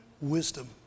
wisdom